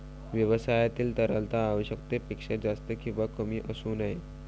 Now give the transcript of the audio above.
व्यवसायातील तरलता आवश्यकतेपेक्षा जास्त किंवा कमी असू नये